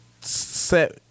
set